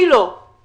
אני לא הייתי.